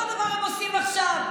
אותו הדבר הם עושים עכשיו.